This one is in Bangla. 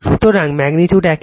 সুতরাং ম্যাগ্নিটিউড একই থাকবে